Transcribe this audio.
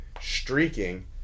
streaking